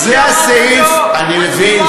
אני מבין,